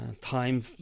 time